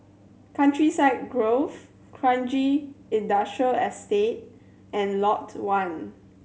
Countryside Grove Kranji Industrial Estate and Lot One